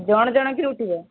ଜଣ ଜଣ କରି ଉଠିବ